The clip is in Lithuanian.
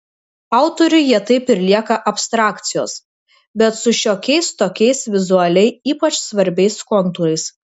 autoriui jie taip ir lieka abstrakcijos bet su šiokiais tokiais vizualiai ypač svarbiais kontūrais